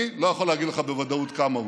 אני לא יכול להגיד לך בוודאות כמה הוא,